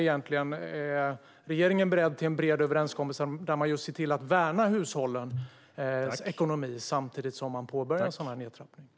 Är regeringen beredd att ingå en bred överenskommelse där man värnar hushållens ekonomi samtidigt som man påbörjar en nedtrappning?